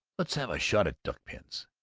let's have a shot at duck-pins.